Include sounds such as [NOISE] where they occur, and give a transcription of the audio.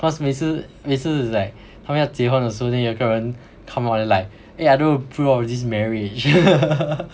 cause 每次每次 is like 他们要结婚的时候 then 有一个人 come out and like I don't approve of this marriage [LAUGHS]